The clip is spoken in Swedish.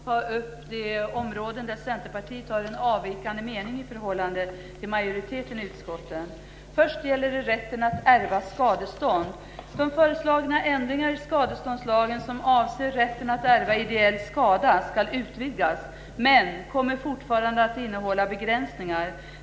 Herr talman! Jag väljer att i mitt anförande ta upp de frågor där vi i Centerpartiet har en avvikande mening i förhållande till majoriteten i utskottet. Först gäller det rätten att ärva skadestånd. De föreslagna ändringar i skadeståndslagen som avser rätten att ärva ideellt skadestånd ska utvidgas, men lagen kommer fortfarande att innehålla begränsningar.